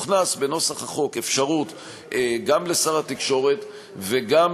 הוכנסה בנוסח החוק אפשרות גם לשר התקשורת וגם